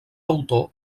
autor